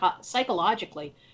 psychologically